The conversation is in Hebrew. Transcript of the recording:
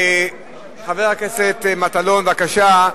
חבר הכנסת מטלון, בבקשה.